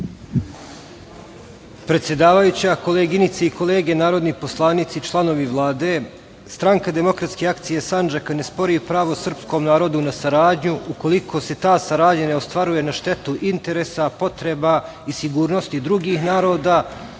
Predsedavajuća, koleginice i kolege narodni poslanici, članovi Vlade, stranka Demokratske akcije Sandžaka ne spori pravo srpskom narodu na saradnju ukoliko se ta saradnja ne ostvaruje na štetu interesa, potreba i sigurnosti drugih naroda,